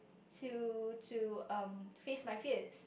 to to um face my fears